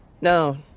no